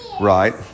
right